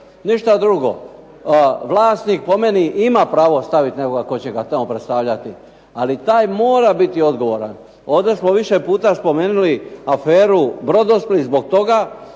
ništa drugo. Vlasnik po meni ima pravo staviti nekoga tko će ga tamo predstavljati, ali taj mora biti odgovoran. Ovdje smo više puta spomenuli aferu "Brodosplit" zbog toga